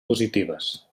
positives